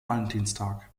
valentinstag